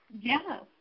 Yes